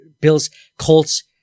Bills-Colts